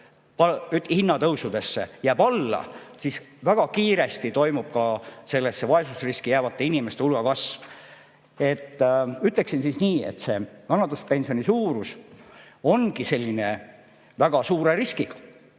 hinnatõusudele jääb alla, siis väga kiiresti toimub ka vaesusriski jäävate inimeste hulga kasv. Ütleksin nii, et see vanaduspensioni suurus ongi selline väga suure riskiga.